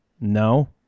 No